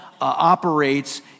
operates